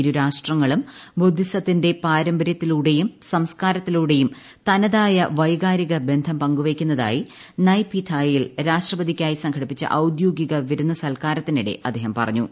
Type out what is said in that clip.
ഇരു രാഷ്ട്രങ്ങളും ബുദ്ധിസത്തിന്റെ പാരമ്പര്യത്തിലൂടെയും സംസ്കാരത്തിലൂടെയും തനതായ വൈകാരിക ബന്ധം പങ്കുവയ്ക്കുന്നതായി നയ് പി താ യിൽ രാഷ്ട്രപതിക്കായി സംഘടിപ്പിച്ച ഔദ്യോഗിക വിരുന്നു സത്കാരത്തിനിടെ അദ്ദേഹം പറഞ്ഞു